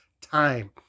time